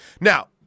Now